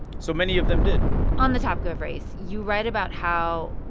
so many of them did on the topic of race, you write about how,